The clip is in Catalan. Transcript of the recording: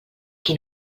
que